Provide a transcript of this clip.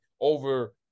over